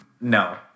no